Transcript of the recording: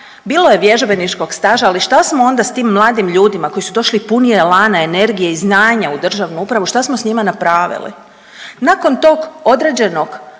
bilo je vježbeničkog staža, ali šta smo onda sa tim mladim ljudima koji su došli puni elana, energije i znanja u državnu upravu. Šta smo sa njima napravili? Nakon tog određenog